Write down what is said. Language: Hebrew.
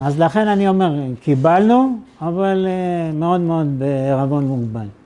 אז לכן אני אומר, קיבלנו, אבל מאוד מאוד בערבון מוגבל.